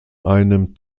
einem